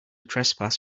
trespass